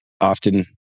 often